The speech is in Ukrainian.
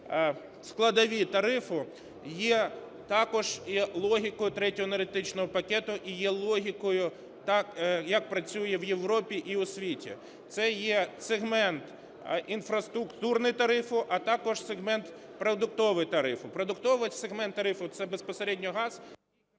складові тарифу є також і логікою Третього енергетичного пакету, і є логікою, як працює в Європі, і у світі. Це є сегмент інфраструктурного тарифу, а також сегмент продуктового тарифу. Продуктовий сегмент тарифу - це безпосередньо газ…